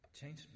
Change